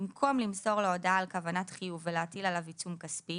במקום למסור לו הודעה על כוונת חיוב ולהטיל עליו עיצום כספי,